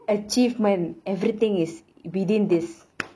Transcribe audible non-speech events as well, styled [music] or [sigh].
achievement everything is within this [noise]